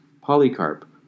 Polycarp